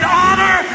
honor